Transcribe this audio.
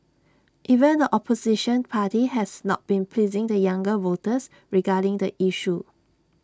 even the opposition party has not been pleasing the younger voters regarding the issue